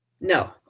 no